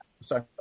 sorry